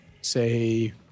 say